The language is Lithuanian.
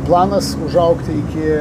planas užaugti iki